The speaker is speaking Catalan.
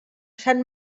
sant